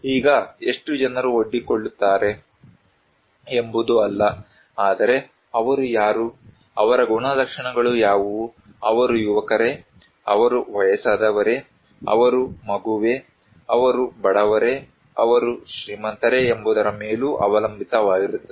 ಈಗ ಎಷ್ಟು ಜನರು ಒಡ್ಡಿಕೊಳ್ಳುತ್ತಾರೆ ಎಂಬುದು ಅಲ್ಲ ಆದರೆ ಅವರು ಯಾರು ಅವರ ಗುಣಲಕ್ಷಣಗಳು ಯಾವುವು ಅವರು ಯುವಕರೇ ಅವರು ವಯಸ್ಸಾದವರೇ ಅವರು ಮಗುವೆ ಅವರು ಬಡವರೇ ಅವರು ಶ್ರೀಮಂತರೇ ಎಂಬುದರ ಮೇಲೂ ಅವಲಂಬಿತವಾಗಿರುತ್ತದೆ